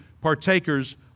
partakers